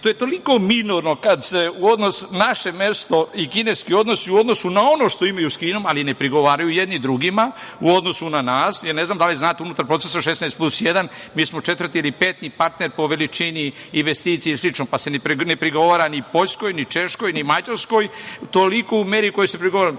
to je toliko minorno naš odnos sa Kinom u odnosu na ono što imaju sa Kinom, ali ne prigovaraju jedni drugima u odnosu na nas. Ne znam da li znate, unutar procesa 16 plus jedan, mi smo četvrti ili peti partner po veličini investicija i slično, pa se ne prigovara ni Poljskoj, ni Češkoj, ni Mađarskoj u tolikoj meri koliko se prigovara…Rekao